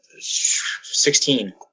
Sixteen